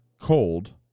cold